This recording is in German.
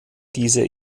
dieser